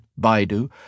Baidu